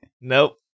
Nope